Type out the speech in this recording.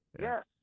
Yes